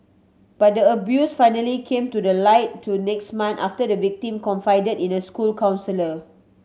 but the abuse finally came to the light to next month after the victim confided in a school counsellor